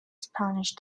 spanish